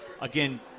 again